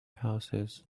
houses